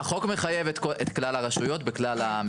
החוק מחייב את כלל הרשויות בכלל המבנים.